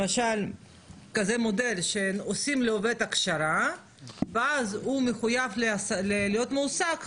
למשל כזה מודל שעושים לעובד הכשרה ואז הוא מחויב להיות מועסק,